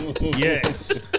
Yes